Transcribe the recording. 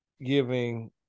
giving